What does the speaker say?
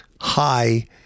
high